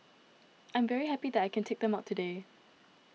I'm very happy that I can take them out today